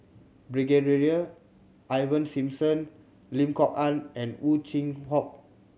Ivan Simson Lim Kok Ann and Ow Chin Hock